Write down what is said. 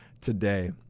today